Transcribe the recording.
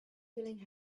feeling